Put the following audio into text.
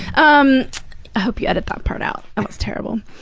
um hope you edit that part out. that was terrible.